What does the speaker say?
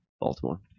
Baltimore